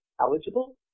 eligible